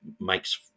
makes